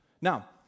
Now